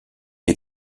des